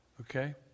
okay